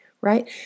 right